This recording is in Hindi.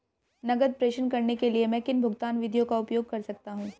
नकद प्रेषण करने के लिए मैं किन भुगतान विधियों का उपयोग कर सकता हूँ?